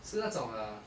是那种 uh